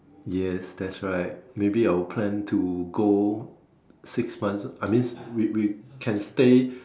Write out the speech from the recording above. yes that's right maybe I will plan to go six months I mean we we can stay